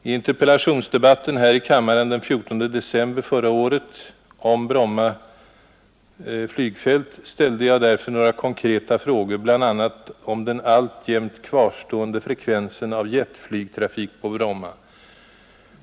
I interpellationsdebatten här i kammaren den 14 december förra året om Bromma flygfält ställde jag därför några konkreta frågor, bl.a. om den alltjämt kvarstående frekvensen av jetflygtrafik på Bromma.